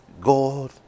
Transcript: God